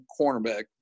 cornerback